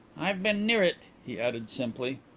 i've been near it, he added simply.